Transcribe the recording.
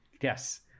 yes